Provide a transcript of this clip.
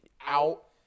out